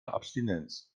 abstinenz